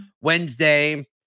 Wednesday